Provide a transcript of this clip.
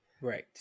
Right